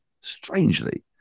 strangely